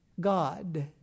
God